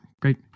Great